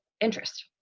interest